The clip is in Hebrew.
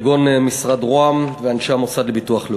כגון משרד ראש הממשלה ואנשי המוסד לביטוח לאומי.